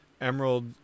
emerald